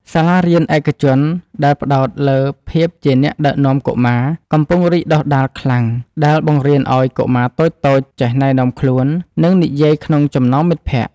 សាលារៀនឯកជនដែលផ្ដោតលើ ភាពជាអ្នកដឹកនាំកុមារ កំពុងរីកដុះដាលខ្លាំង ដែលបង្រៀនឱ្យកុមារតូចៗចេះណែនាំខ្លួន និងនិយាយក្នុងចំណោមមិត្តភក្តិ។